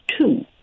two